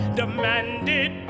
demanded